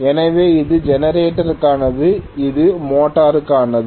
எனவே இது ஜெனரேட்டருக்கானது மேலும் இது மோட்டருக்கானது